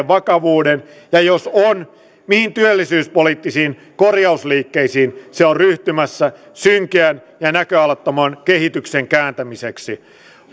vakavuuden ja jos on mihin työllisyyspoliittisiin korjausliikkeisiin se on ryhtymässä synkeän ja näköalattoman kehityksen kääntämiseksi